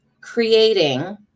creating